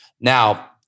Now